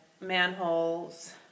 manholes